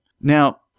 Now